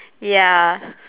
ya